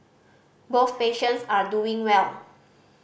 both patients are doing well